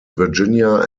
virginia